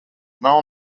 nav